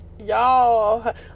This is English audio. Y'all